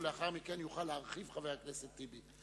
ולאחר מכן יוכל חבר הכנסת טיבי להרחיב.